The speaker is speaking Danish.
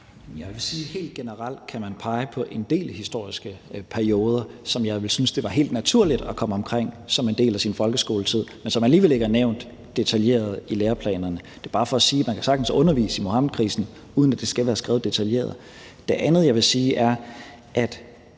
helt generelt kan man pege på en del historiske perioder, som jeg vil synes er helt naturligt at komme omkring som en del af sin folkeskoletid, men som alligevel ikke er nævnt detaljeret i læreplanerne. Det er bare for at sige, at man sagtens kan undervise i Muhammedkrisen, uden at det skal være skrevet detaljeret. Det andet, jeg vil sige, er, at